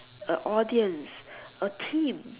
a audience a team